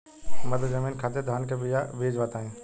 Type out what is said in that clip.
मध्य जमीन खातिर धान के बीज बताई?